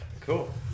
Cool